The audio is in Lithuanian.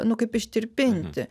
nu kaip ištirpinti